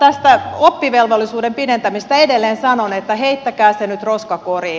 tästä oppivelvollisuuden pidentämisestä edelleen sanon että heittäkää se nyt roskakoriin